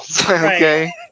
Okay